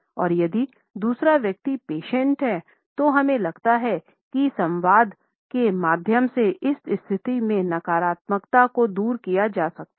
और यदि दूसरा व्यक्ति पेशेंट है तो हमें लगता है कि संवाद के माध्यम से इस स्थिति में नकारात्मकता को दूर किया जा सकता है